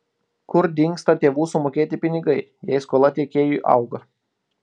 kur dingsta tėvų sumokėti pinigai jei skola tiekėjui auga